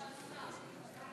אין שר באולם.